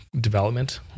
development